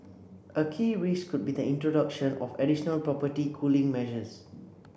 a key risk could be the introduction of additional property cooling measures